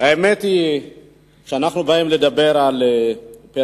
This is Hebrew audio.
האמת היא שאנחנו באים לדבר על פריפריה,